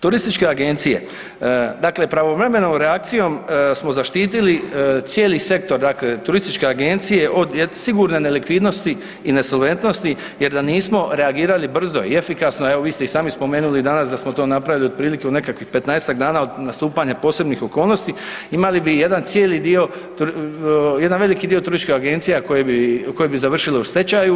Turističke agencije dakle pravovremenom reakcijom smo zaštitili cijeli sektor dakle turističke agencije od sigurne nelikvidnosti, insolventnosti jer da nismo reagirali brzo i efikasno evo mi vi ste i sami spomenuli danas da smo to napravili otprilike u nekakvih 15-tak dana od nastupanja posebnih okolnosti imali bi jedan cijeli veliki dio turističkih agencija koje bi završile u stečaju.